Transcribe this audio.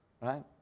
right